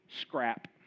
scrap